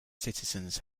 citizens